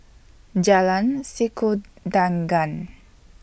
Jalan Sikudangan